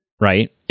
Right